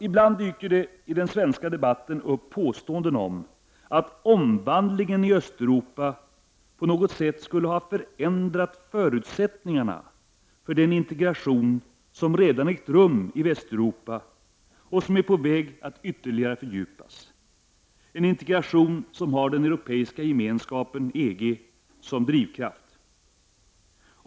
Ibland dyker det i den svenska debatten upp påståenden om att omvandlingen i Östeuropa på något sätt skulle ha förändrat förutsättningarna för den integration som redan ägt rum i Västeuropa och som är på väg att ytterligare fördjupas. Det är en integration som har den europeiska gemenskapen, EG, som drivkraft.